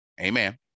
Amen